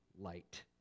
light